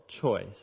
choice